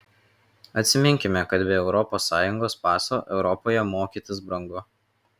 atsiminkime kad be europos sąjungos paso europoje mokytis brangu